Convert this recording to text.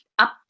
up